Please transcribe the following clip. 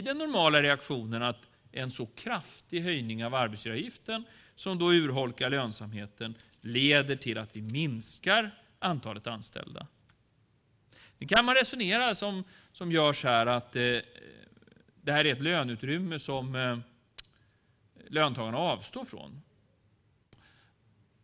Den normala reaktionen vid en sådan kraftig höjning av arbetsgivaravgiften som urholkar lönsamheten är att antalet anställda minskas. Man kan resonera som det görs här, att detta är ett löneutrymme som löntagarna avstår från.